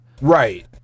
Right